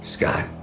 Scott